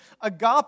agape